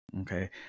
okay